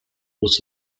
was